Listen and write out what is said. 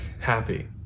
happy